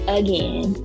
again